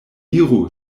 iru